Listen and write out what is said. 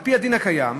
על-פי הדין הקיים,